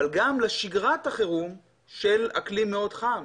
אבל גם לשגרת החירום של אקלים מאוד חם.